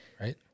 Right